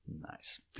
Nice